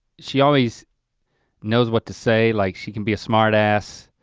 she always knows what to say, like she can be a smart ass,